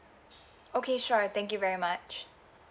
okay sure thank you very much